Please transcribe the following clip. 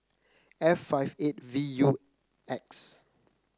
F five eight V U X